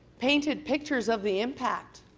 painted pictures of the impact.